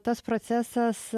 tas procesas